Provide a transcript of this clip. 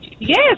Yes